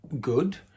good